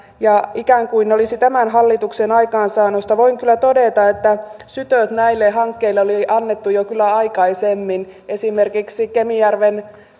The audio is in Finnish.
ikään kuin ne olisivat tämän hallituksen aikaansaannosta voin todeta että sytöt näille hankkeille oli kyllä annettu jo aikaisemmin esimerkiksi kemijärven